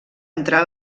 entrar